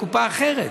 כתוב: או לקופה אחרת.